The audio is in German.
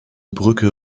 brücke